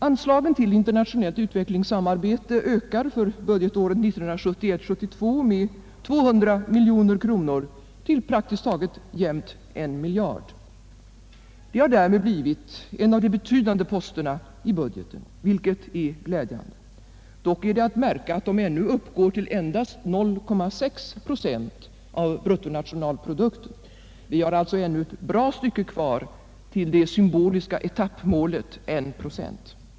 Anslagen till internationellt utvecklingssamarbete ökar för budgetåret 1971/72 med 200 miljoner kronor till praktiskt taget jämnt 1 miljard. De tillhör därmed de betydande posterna i budgeten, vilket är glädjande; dock är det att märka att de ännu uppgår till endast 0,6 procent av bruttonationalprodukten. Vi har alltså ännu ett bra stycke kvar till det symboliska etappmålet 1 procent.